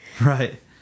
Right